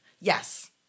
yes